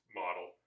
model